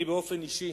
אני באופן אישי